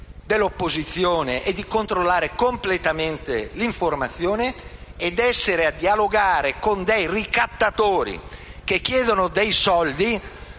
dell'opposizione e di controllare completamente l'informazione: sarà a dialogare con dei ricattatori che chiedono dei soldi